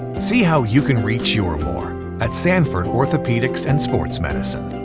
see how you can reach your more at sanford orthopedics and sports medicine.